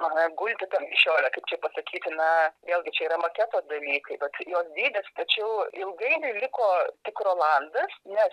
na gulti ten mišiole kaip čia pasakyti na vėlgi čia yra maketo dalykai vat jos dydis tačiau ilgainiui liko tik rolandas nes